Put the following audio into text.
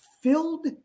filled